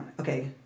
Okay